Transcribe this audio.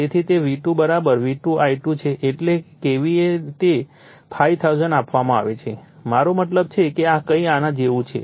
તેથી તે V2 V2 I2 છે એટલે KVA ને 5000 આપવામાં આવે છે મારો મતલબ છે કે આ કંઈક આના જેવું છે